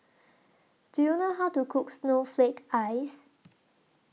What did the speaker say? Do YOU know How to Cook Snowflake Ice